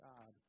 God